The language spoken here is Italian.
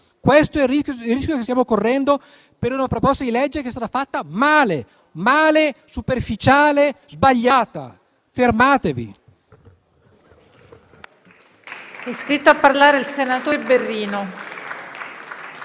Questo è il rischio che stiamo correndo per una proposta di legge che è stata fatta male ed è superficiale e sbagliata: fermatevi.